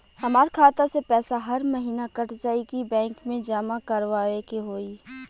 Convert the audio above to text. हमार खाता से पैसा हर महीना कट जायी की बैंक मे जमा करवाए के होई?